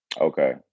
Okay